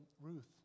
Ruth